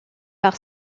par